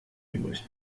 übrig